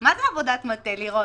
מה זה עבודת מטה, לירון?